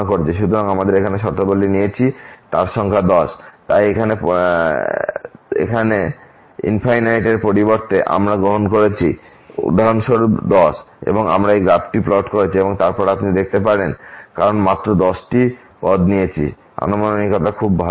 সুতরাং আমরা এখানে যে শর্তাবলী নিয়েছি তার সংখ্যা 10 তাই এখানে এর পরিবর্তে আমরা গ্রহণ করেছি উদাহরণস্বরূপ 10 এবং আমরা এই গ্রাফটি প্লট করেছি এবং তারপর আপনি দেখতে পারেন কারণ আমরা মাত্র 10 টি পদ নিয়েছি আনুমানিকতা খুব ভাল নয়